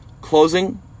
Closing